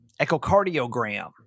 echocardiogram